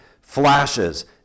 flashes